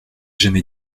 jamais